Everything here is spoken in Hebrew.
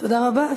תודה רבה.